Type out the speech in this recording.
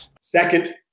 second